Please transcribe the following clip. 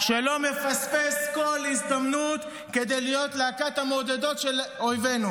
שלא מפספס כל הזדמנות להיות להקת המעודדות של אויבינו.